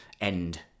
end